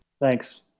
Thanks